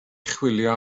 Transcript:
chwilio